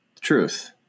truth